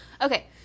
Okay